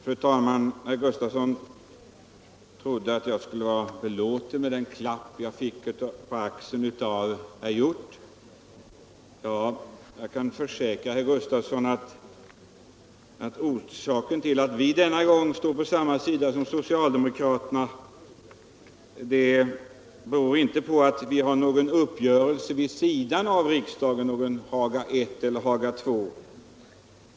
Fru talman! Herr Sven Gustafson i Göteborg trodde att jag skulle vara belåten med den klapp på axeln som jag fick av herr Hjorth. Jag kan försäkra herr Gustafson att orsaken till att vi denna gång står på samma sida som socialdemokraterna inte är att vi har träffat någon uppgörelse vid sidan av riksdagen — någon Haga I eller Haga II.